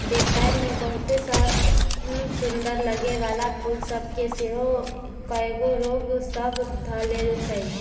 देखय में बहुते समसुन्दर लगे वला फूल सभ के सेहो कएगो रोग सभ ध लेए छइ